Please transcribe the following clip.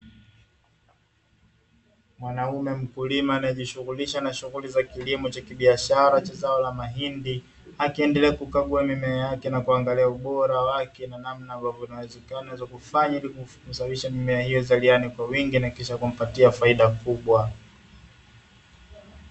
Mwanaume mkulima anayejishughulisha na kilimo cha kibiashara cha zao la mahindi, akiendelea kukagua mimea yake na kuangalia ubora wake na namna ya kufanya ilikuwezesha mimea hiyo kuzaliana kwa wingi na kumpatia faida kubwa.